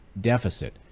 deficit